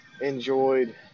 enjoyed